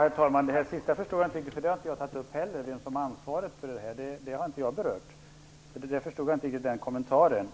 Herr talman! Jag förstår inte riktigt det sista som sades. Jag har inte tagit upp frågan om vem som har ansvaret. Jag förstod inte riktigt den kommentaren.